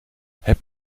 heb